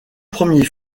premier